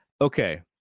okay